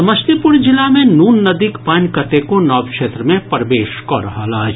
समस्तीपुर जिला मे नून नदीक पानि कतेको नव क्षेत्र मे प्रवेश कऽ रहल अछि